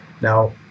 Now